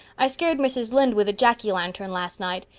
i scared mrs. lynde with a jacky lantern last nite.